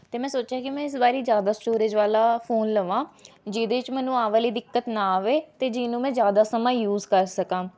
ਅਤੇ ਮੈਂ ਸੋਚਿਆ ਕਿ ਮੈਂ ਇਸ ਵਾਰੀ ਜ਼ਿਆਦਾ ਸਟੋਰੇਜ ਵਾਲਾ ਫੋਨ ਲਵਾਂ ਜਿਹਦੇ 'ਚ ਮੈਨੂੰ ਆਹ ਵਾਲੀ ਦਿੱਕਤ ਨਾ ਆਵੇ ਅਤੇ ਜਿਹਨੂੰ ਮੈਂ ਜ਼ਿਆਦਾ ਸਮਾਂ ਯੂਜ਼ ਕਰ ਸਕਾਂ